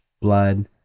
blood